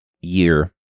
year